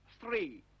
three